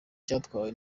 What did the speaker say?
cyatwawe